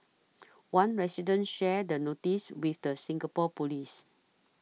one resident shared the notice with the Singapore police